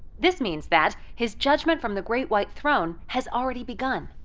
this means that his judgment from the great white throne has already begun.